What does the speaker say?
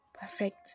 perfect